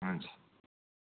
हुन्छ